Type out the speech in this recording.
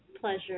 pleasure